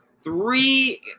three